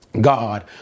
God